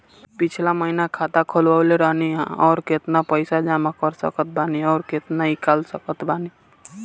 पिछला महीना खाता खोलवैले रहनी ह और अब केतना पैसा जमा कर सकत बानी आउर केतना इ कॉलसकत बानी?